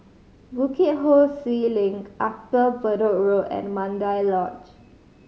Bukit Ho Swee Link Upper Bedok Road and Mandai Lodge